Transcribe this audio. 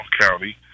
County